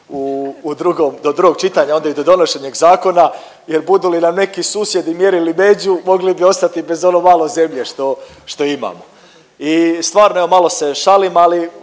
do drugog čitanja onda i do donošenja zakona jer budu li nam neki susjedi mjerili među mogli bi ostati i bez ono malo zemlje što, što imamo. I stvarno evo malo se šalim ali